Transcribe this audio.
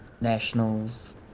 Nationals